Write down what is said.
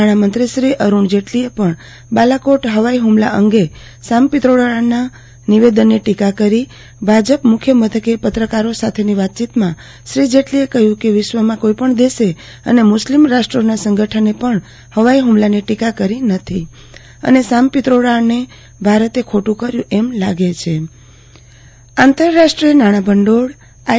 નાણામંત્રી શ્રી અરૂણ જેટલીએ પણ બાલાકોટ હવાઇ હુમલા અંગે સામ પિત્રોડાના નિવેદનની ટીકા કરી ભાજપ મુખ્ય મથકે પત્રકારો સાથેની વાતચીતમાં શ્રી જેટલીએ કહ્યું કે વિશ્વમાં કોઇપણ દેશે અને મુસ્લીમ રાષ્ટ્રોના સંગઠને પણ હવાઇ હુમલાની ટીકા કરી નથી અને સામ પિત્રોડાને ભારતે ખોટું કર્યું એમ લાગે છે આરતી ભદ્ટ આંતરરાષ્ટ્રીય નાણા ભંડોળ આંતરરાષ્ટ્રીય નાંજ્ઞાભંડોળ આઈ